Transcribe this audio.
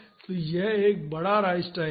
तो यह एक बड़ा राइज टाइम है